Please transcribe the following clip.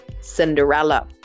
Cinderella